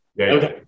okay